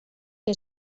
que